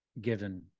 given